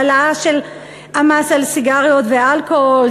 העלאה של המס על הסיגריות והאלכוהול,